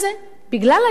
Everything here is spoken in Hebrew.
בגלל ההיוועצות,